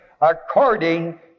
according